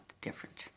different